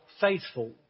faithful